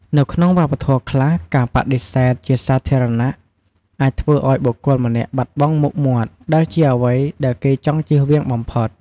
នៅក្នុងវប្បធម៌ខ្លះ ការបដិសេធជាសាធារណៈអាចធ្វើឲ្យបុគ្គលម្នាក់បាត់បង់មុខមាត់ ដែលជាអ្វីដែលគេចង់ជៀសវាងបំផុត។